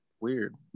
weird